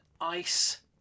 ice